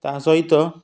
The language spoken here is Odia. ତା ସହିତ